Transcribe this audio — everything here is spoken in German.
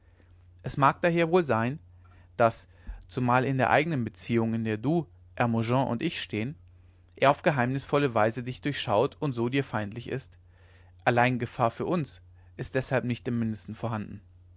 es mag daher wohl sein daß zumal in der eignen beziehung in der du hermogen und ich stehen er auf geheimnisvolle weise dich durchschaut und so dir feindlich ist allein gefahr für uns ist deshalb nicht im mindesten vorhanden